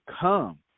come